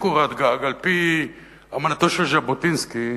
קורת-גג על-פי אמנתו של ז'בוטינסקי,